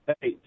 Hey